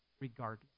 regardless